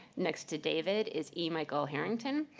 next to david is e. michael harrington,